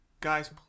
Guys